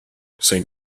saint